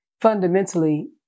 fundamentally